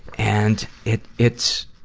and, it, it's,